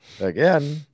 again